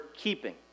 keeping